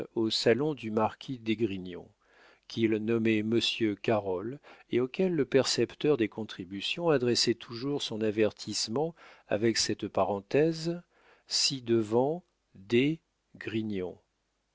au salon du marquis d'esgrignon qu'ils nommaient monsieur carol et auquel le percepteur des contributions adressait toujours son avertissement avec cette parenthèse ci-devant des grignons